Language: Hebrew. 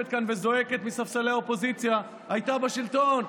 כאן וזועקת מספסלי האופוזיציה הייתה בשלטון.